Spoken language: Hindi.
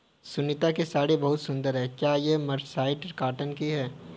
सुनीता की साड़ी बहुत सुंदर है, क्या ये मर्सराइज्ड कॉटन की है?